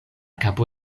kapo